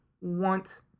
want